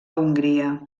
hongria